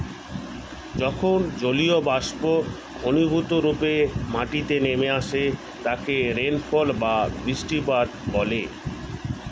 যখন জলীয়বাষ্প ঘনীভূতরূপে মাটিতে নেমে আসে তাকে রেনফল বা বৃষ্টিপাত বলে